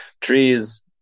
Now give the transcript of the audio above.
trees